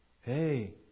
Hey